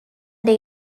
day